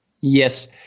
Yes